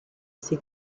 ces